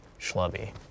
schlubby